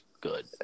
good